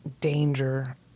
Danger